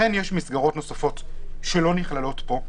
אכן יש מסגרות נוספות שלא נכללות פה,